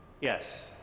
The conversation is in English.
Yes